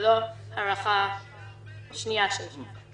זאת לא הארכה שנייה של שופט.